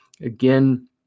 Again